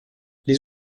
les